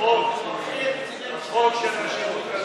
רק תברכי את קציני משטרת ישראל.